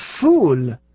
fool